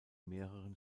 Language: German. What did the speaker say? mehreren